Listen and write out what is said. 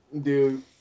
Dude